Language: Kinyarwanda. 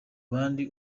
bandi